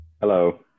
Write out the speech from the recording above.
Hello